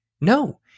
no